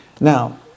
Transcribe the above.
Now